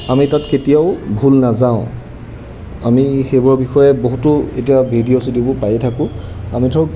আমি তাত কেতিয়াও ভুল নাযাওঁ আমি সেইবোৰৰ বিষয়ে বহুতো এতিয়া ভিডিঅ' চিডিঅ'বোৰ পায়েই থাকোঁ আমি ধৰক